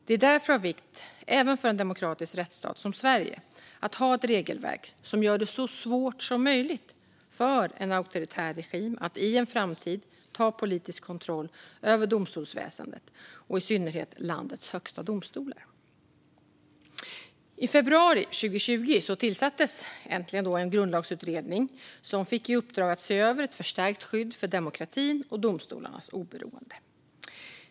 Det är därför av vikt även för en demokratisk rättsstat som Sverige att ha ett regelverk som gör det så svårt som möjligt för en auktoritär regim att i en framtid ta politisk kontroll över domstolsväsendet, i synnerhet landets högsta domstolar. I februari 2020 tillsattes äntligen en grundlagsutredning som fick i uppdrag att se över ett förstärkt skydd för demokratin och domstolarnas oberoende.